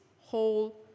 whole